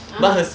(uh huh)